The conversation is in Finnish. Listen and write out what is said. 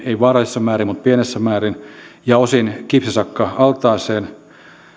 ei vaarallisissa määrin mutta pienissä määrin ja osin kipsisakka altaaseen